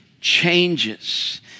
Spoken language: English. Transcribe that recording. changes